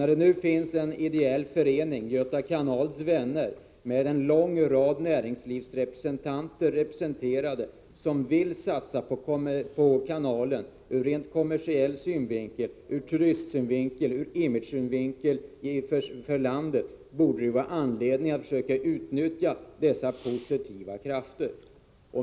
När det nu finns en ideell förening, Göta Kanals Vänner, med en lång rad näringslivsrepresentanter som vill satsa på kanalen kommersiellt och med tanke på turism och image för 165 landet, finns det anledning att försöka utnyttja dessa positiva krafter.